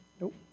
Nope